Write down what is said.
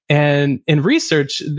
and in research,